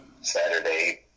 Saturday